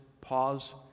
pause